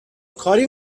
کاری